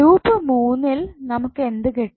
loop മൂന്നിൽ നമുക്ക് എന്ത് കിട്ടും